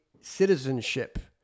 citizenship